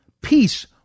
Peace